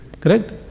correct